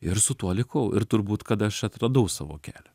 ir su tuo likau ir turbūt kad aš atradau savo kelią